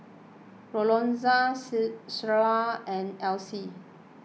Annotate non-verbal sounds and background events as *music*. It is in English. Lorenza *unintelligible* Shayla and Elise